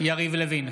יריב לוין,